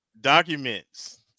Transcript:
Documents